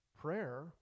prayer